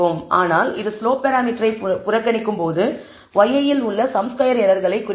ஆனால் இது ஸ்லோப் பராமீட்டரை புறக்கணிக்கும்போது yi இல் உள்ள சம் ஸ்கொயர் எரர்களை குறிக்கிறது